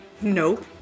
Nope